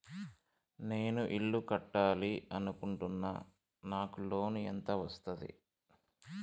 నేను ఇల్లు కట్టాలి అనుకుంటున్నా? నాకు లోన్ ఎంత వస్తది?